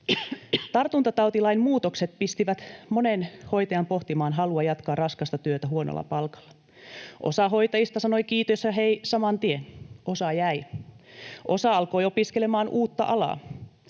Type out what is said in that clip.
Tartuntatautilain muutokset pistivät monen hoitajan pohtimaan halua jatkaa raskasta työtä huonolla palkalla. Osa hoitajista sanoi ”kiitos ja hei” saman tien, osa jäi. Osa alkoi opiskelemaan uutta alaa,